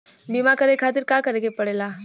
बीमा करे खातिर का करे के पड़ेला?